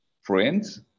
friends